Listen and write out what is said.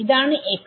ഇതാണ് x